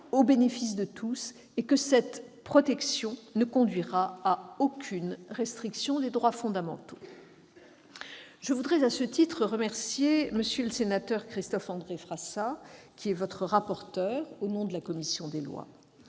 au bénéfice de tous, et cette protection ne conduira à aucune restriction des droits fondamentaux. Je veux à ce titre remercier M. le sénateur Christophe-André Frassa, votre rapporteur au nom de la commission des lois.